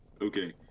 Okay